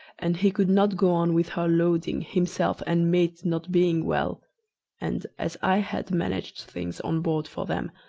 and he could not go on with her loading, himself and mate not being well and, as i had managed things on board for them,